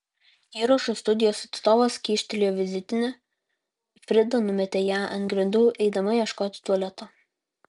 įrašų studijos atstovas kyštelėjo vizitinę frida numetė ją ant grindų eidama ieškoti tualeto